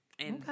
Okay